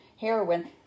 heroin